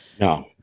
No